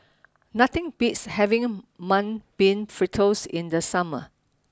nothing beats having Mung Bean Fritters in the summer